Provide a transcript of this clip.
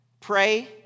pray